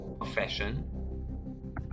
profession